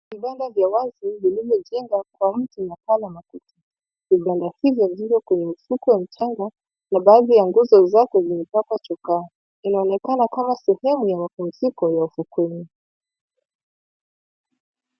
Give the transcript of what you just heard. Vibanda vya watu vilivyojengwa kwa mti na makuti. Vivanda hivyo viko kwenye ufuko wa mchanga na baadhi ya nguzo zake zimepakwa chokaa. Inaonekana kama sehemu ya mapumziko ya ufukweni.